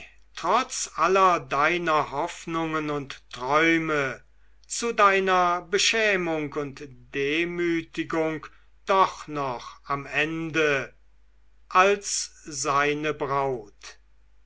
trotz aller deiner hoffnungen und träume zu deiner beschämung und demütigung doch noch am ende als seine braut